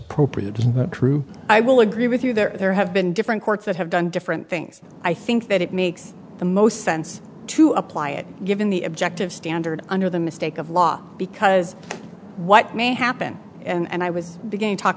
appropriate is that true i will agree with you there have been different courts that have done different things i think that it makes the most sense to apply it given the objective standard under the mistake of law because what may happen and i was beginning t